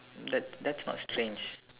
that that's not strange